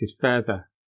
further